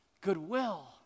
goodwill